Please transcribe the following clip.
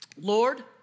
Lord